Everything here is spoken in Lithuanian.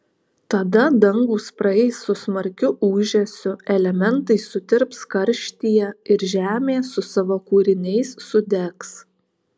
tada dangūs praeis su smarkiu ūžesiu elementai sutirps karštyje ir žemė su savo kūriniais sudegs